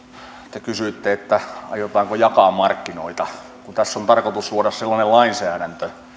te kysyitte että aiotaanko jakaa markkinoita tässä on tarkoitus luoda sellainen lainsäädäntö